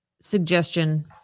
suggestion